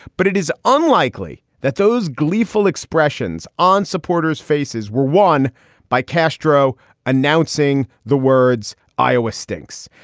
but it is unlikely that those gleeful expressions on supporters faces were won by castro announcing the words iowa stinks.